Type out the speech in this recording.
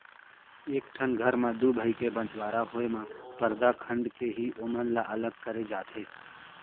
एक ठन घर म दू भाई के बँटवारा होय म परदा खंड़ के ही ओमन ल अलग करे जाथे